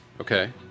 Okay